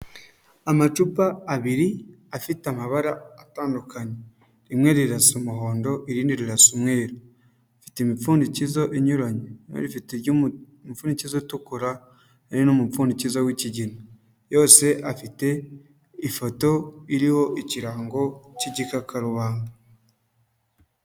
Amacupa abiri afite amabara atandukanyeka rimwe rirasa umuhondo irindi rirasa umweru afite imipfundikizo inyuranye rimwe rifite umupfundikizo utukura irindi rifite umupfundikizo w'ikigina yose afite ifoto iriho ikirango cy'igikakarubamba.